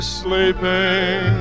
sleeping